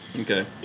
Okay